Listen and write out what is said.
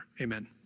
Amen